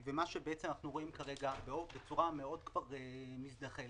מה שאנחנו רואים כרגע בצורה מאוד כבר מזדחלת,